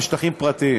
הם שטחים פרטיים,